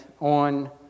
on